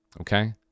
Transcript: Okay